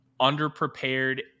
underprepared